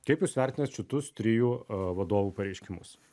kaip jūs vertinat šitus trijų vadovų pareiškimus